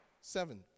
seven